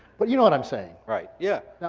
but you know what i'm saying. right, yeah.